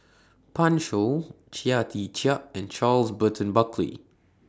Pan Shou Chia Tee Chiak and Charles Burton Buckley